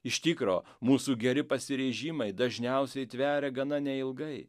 iš tikro mūsų geri pasiryžimai dažniausiai tveria gana neilgai